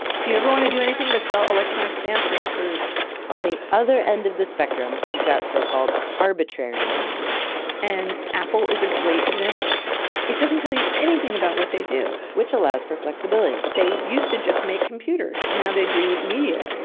if you ever want to do anything but sell electronic stamps, you're screwed on the other end of the spectrum you've got so-called arbitrary names and apple is a great example of that. it doesn't tell you anything about what they do. which allows for flexibility they used to just make computers, now they do media.